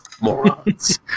morons